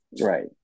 Right